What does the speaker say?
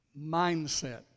mindset